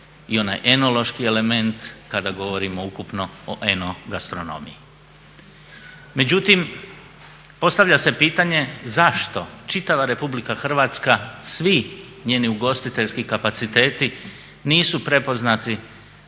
i onaj enološki element kada govorimo ukupno o eno gastronomiji. Međutim, postavlja se pitanje zašto čitava RH, svi njeni ugostiteljski kapaciteti nisu prepoznati